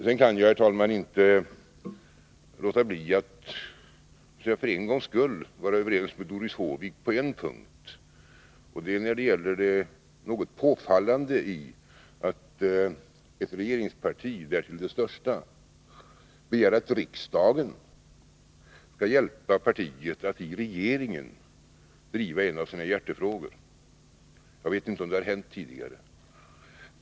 Sedan kan jag, herr talman, inte låta bli att för en gångs skull vara överens med Doris Håvik på en punkt, nämligen det något egendomliga förhållandet att ett regeringsparti, därtill det största, begär att riksdagen skall hjälpa partiet att i regeringen driva en av sina hjärtefrågor. Jag vet inte om det har hänt tidigare.